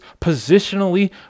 positionally